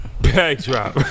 backdrop